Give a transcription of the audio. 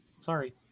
Sorry